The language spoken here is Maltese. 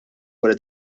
wara